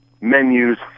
menus